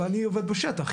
ואני עובד בשטח,